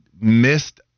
missed